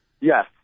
Yes